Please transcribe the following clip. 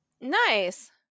Nice